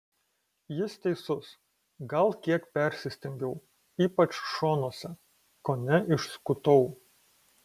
jis teisus gal kiek persistengiau ypač šonuose kone išskutau